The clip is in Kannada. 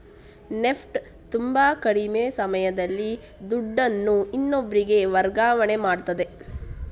ನೆಫ್ಟ್ ತುಂಬಾ ಕಡಿಮೆ ಸಮಯದಲ್ಲಿ ದುಡ್ಡನ್ನು ಇನ್ನೊಬ್ರಿಗೆ ವರ್ಗಾವಣೆ ಮಾಡ್ತದೆ